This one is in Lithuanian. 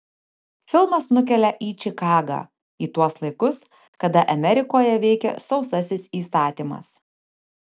filmas nukelia į čikagą į tuos laikus kada amerikoje veikė sausasis įstatymas